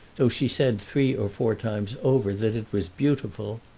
though she said three or four times over that it was beautiful.